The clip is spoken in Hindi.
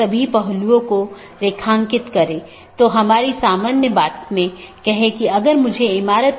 इसलिए एक मल्टीहोम एजेंट ऑटॉनमस सिस्टमों के प्रतिबंधित सेट के लिए पारगमन कि तरह काम कर सकता है